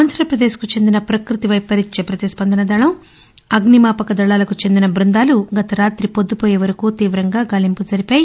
ఆంధ్రప్రదేశ్ కు చెందిన ప్రకృతి వైపరీత్య ప్రతిస్పందన దళం అగ్నిమాపక దళాలకు చెందిన బ ్వందాలు గత రాతి పొద్దుపోయే వరకూ తీవంగా గాలింపు జరిపాయి